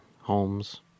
Holmes